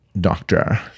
doctor